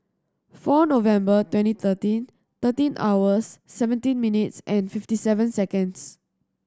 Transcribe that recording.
four November twenty thirteen thirteen hours seventeen minutes fifty seven seconds